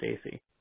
Stacy